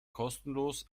kostenlos